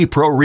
Pro